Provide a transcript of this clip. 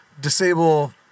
disable